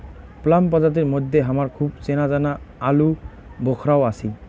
plum প্রজাতির মইধ্যে হামার খুব চেনাজানা আলুবোখরাও আছি